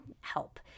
help